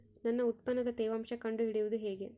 ನನ್ನ ಉತ್ಪನ್ನದ ತೇವಾಂಶ ಕಂಡು ಹಿಡಿಯುವುದು ಹೇಗೆ?